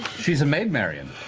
she's a maid marion?